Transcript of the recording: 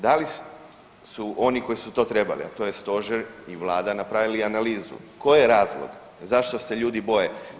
Da li su oni koji su to trebali, a to je Stožer i Vlada napravili analizu koji je razlog zašto se ljudi boje.